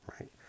right